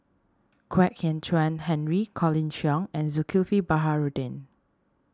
Kwek Hian Chuan Henry Colin Cheong and Zulkifli Baharudin